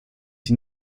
die